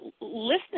listening